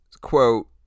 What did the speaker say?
quote